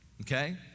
okay